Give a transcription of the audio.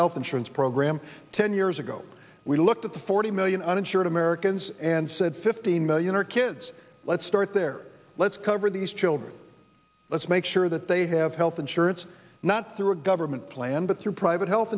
health insurance program ten years ago we looked at the forty million uninsured americans and said fifteen million are kids let's start there let's cover these children let's make sure that they have health insurance not through a government plan but through private health